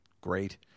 great